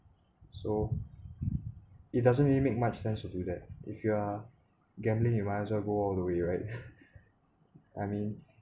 so it doesn't really make much sense to do that if you are gambling you might as well go all the way right I mean